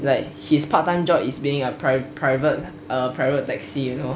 like his part time job is being a private private private taxi you know